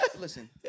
Listen